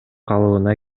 калыбына